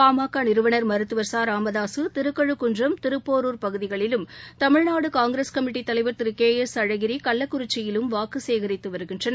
பாமக நிறுவனர் மருத்துவர் ச ராமதாக திருக்கழுகுன்றம் திருப்போரூர் பகுதிகளிலும் தமிழ்நாடு காங்கிரஸ் கமிட்டி தலைவர் திரு கே எஸ் அழகிரி கள்ளக்குறிச்சிலும் வாக்கு சேகரித்து வருகின்றனர்